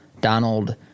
Donald